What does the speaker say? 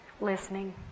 listening